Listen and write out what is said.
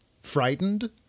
frightened